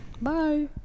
Bye